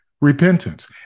Repentance